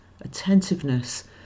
attentiveness